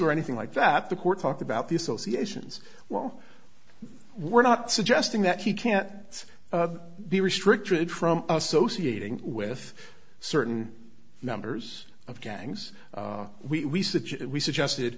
or anything like that the court talked about the associations well we're not suggesting that he can't be restricted from associating with certain numbers of gangs we we suggested